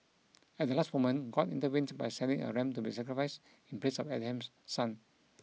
at the last moment God intervened by sending a ram to be sacrificed in place of Abraham's son